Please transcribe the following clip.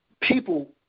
people